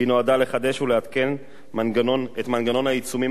והיא נועדה לחדש ולעדכן את מנגנון העיצומים